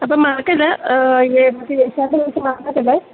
അപ്പോള് മറക്കല്ലേ മറന്നേക്കല്ലേ